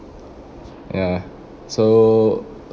ya so